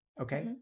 Okay